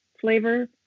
flavor